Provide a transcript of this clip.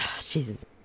Jesus